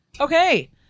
Okay